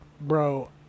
bro